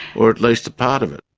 or at least a part of it.